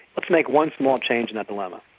let's make one small change in that dilemma.